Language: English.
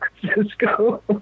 Francisco